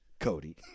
Cody